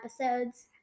episodes